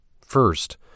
First